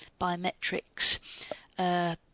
biometrics